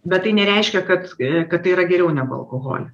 bet tai nereiškia kad kad tai yra geriau negu alkoholį